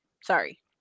Sorry